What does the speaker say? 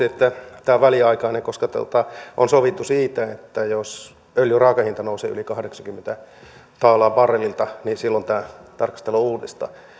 että tämä on väliaikainen koska on sovittu siitä että jos öljyn raakahinta nousee yli kahdeksaankymmeneen taalaan barrelilta niin silloin tämä tarkastellaan